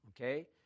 okay